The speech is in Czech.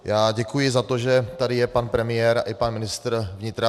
Já děkuji za to, že tady je pan premiér i pan ministr vnitra.